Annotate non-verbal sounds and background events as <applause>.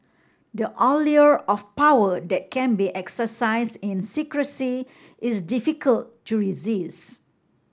the allure of power that can be exercise in secrecy is difficult to <unintelligible>